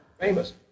Famous